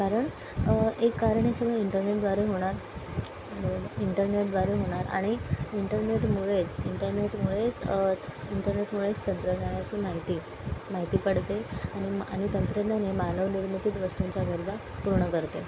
कारण एक कारण हे सगळं इंटरनेटद्वारे होणार इंटरनेटद्वारे होणार आणि इंटरनेटमुळेच इंटरनेटमुळेच इंटरनेटमुळेच तंत्रज्ञानाची माहिती माहिती पडते आणि आणि तंत्रज्ञान हे मानवनिर्मितीक वस्तूंच्या गरजा पूर्ण करते